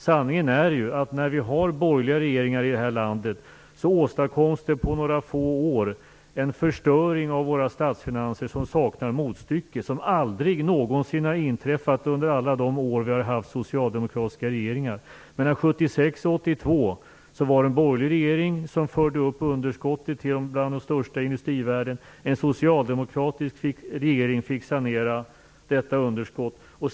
Sanningen är ju att när vi har borgerliga regeringar i det här landet åstadkoms det på några få år en förstöring av våra statsfinanser som saknar motstycke, som aldrig någonsin har inträffat under alla de år då vi har haft socialdemokratiska regeringar. Mellan 1976 och 1982 var det en borgerlig regering som förde upp underskottet till bland de största i industrivärlden. En socialdemokratisk regering fick sanera detta underskott.